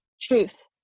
truth